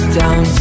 down